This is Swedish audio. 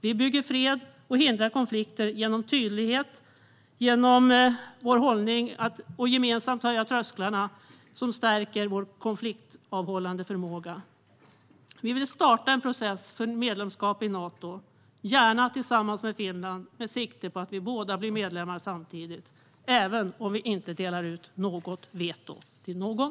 Vi bygger fred och hindrar konflikter genom tydlighet om vår hållning, och genom att gemensamt höja trösklarna stärker vi vår konfliktavhållande förmåga. Vi vill starta en process för medlemskap i Nato, gärna tillsammans med Finland med sikte på att vi båda blir medlemmar samtidigt, även som vi inte lägger något veto mot någon.